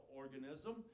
organism